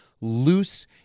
loose